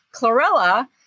Chlorella